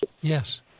Yes